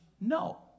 No